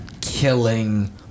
killing